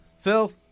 Phil